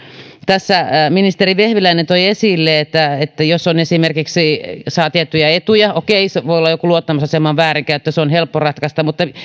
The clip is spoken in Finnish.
tässä ministeri vehviläinen toi esille että että jos saa esimerkiksi tiettyjä etuja okei se voi olla joku luottamusaseman väärinkäyttö se on helppo ratkaista mutta kun